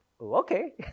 okay